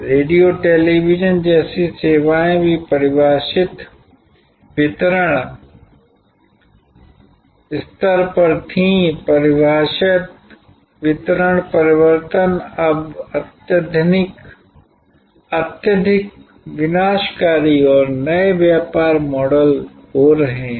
radio television जैसी सेवाएँ भी परिभाषित वितरण स्तर पर थीं परिभाषित वितरण परिवर्तन अब अत्यधिक विनाशकारी और नए व्यापार मॉडल हो रहे हैं